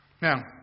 Now